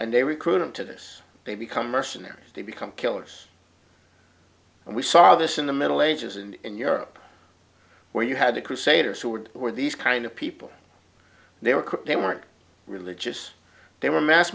and they recruit into this they become mercenaries they become killers and we saw this in the middle ages and in europe where you had the crusaders who were were these kind of people they were corrupt they weren't religious they were mass